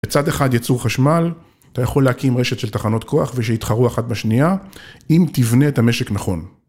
בצד אחד יצור חשמל, אתה יכול להקים רשת של תחנות כוח ושיתחרו אחת בשנייה, אם תבנה את המשק נכון.